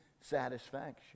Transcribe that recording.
satisfaction